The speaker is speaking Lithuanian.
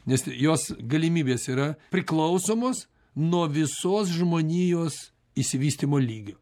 nes jos galimybės yra priklausomos nuo visos žmonijos išsivystymo lygio